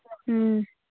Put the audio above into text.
ꯎꯝ